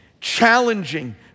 challenging